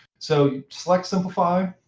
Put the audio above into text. so select simplify,